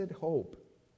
hope